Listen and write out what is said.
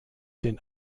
den